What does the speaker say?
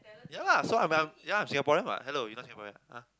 ya lah so I am ya I am Singaporean what hello you not Singaporean ah !huh!